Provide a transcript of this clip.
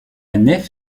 nef